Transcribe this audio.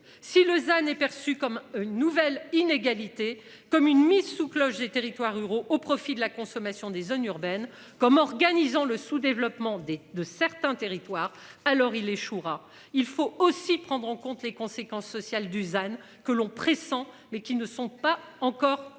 si Lausanne est perçue comme une nouvelle inégalité comme une mise sous cloche des territoires ruraux au profit de la consommation des zones urbaines comme organisant le sous-développement des de certains territoires. Alors il échouera. Il faut aussi prendre en compte les conséquences sociales Dusan que l'on pressant mais qui ne sont pas encore tangible.